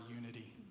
unity